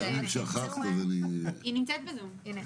היא נמצאת בזום.